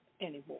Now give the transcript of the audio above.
anymore